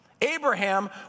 Abraham